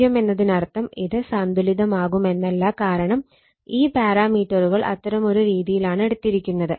0 എന്നതിനർത്ഥം ഇത് സന്തുലിതമാകുമെന്നല്ല കാരണം ഈ പാരാമീറ്ററുകൾ അത്തരമൊരു രീതിയിലാണ് എടുത്തിരിക്കുന്നത്